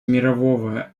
мирового